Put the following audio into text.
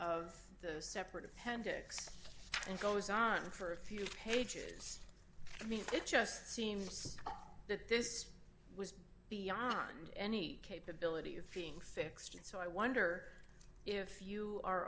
of the separate appendix and goes on for a few pages i mean it just seems that this was beyond any capability of being fixed and so i wonder if you are